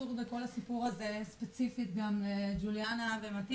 עסוק בכל הסיפור הזה, ספציפית גם ג'וליינה ומטיאס,